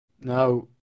Now